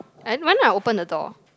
and when I open the door